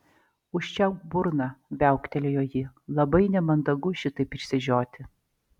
užčiaupk burną viauktelėjo ji labai nemandagu šitaip išsižioti